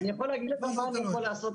מה זה אתה לא יודע --- הבנתי